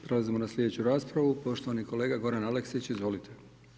Prelazimo na slijedeću raspravu, poštovani kolega Goran Aleksić, izvolite.